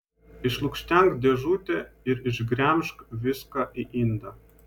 išlukštenk dėžutę ir išgremžk viską į indą